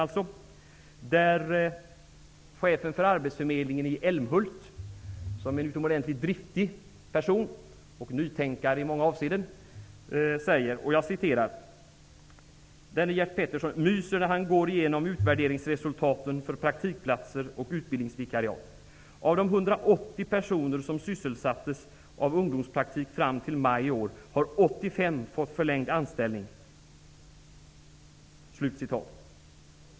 Där sägs det om chefen för Arbetsförmedlingen i Älmhult, Gert Pettersson, som är en utomordentligt driftig person och en nytänkare i många avseenden, att han ''myser när han går igenom utvärderingsresultaten för praktikplatser och utbildningsvikariat. Av de 180 personer som sysselsattes av ungdomspraktik fram till maj i år har 85 fått förlängd anställning.''